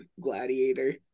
Gladiator